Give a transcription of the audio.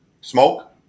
smoke